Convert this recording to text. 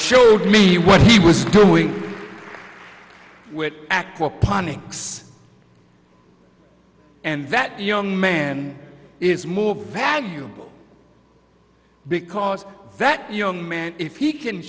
showed me what he was doing with aquaponics and that young man is more valuable because that young man if he can